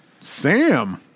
Sam